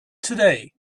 today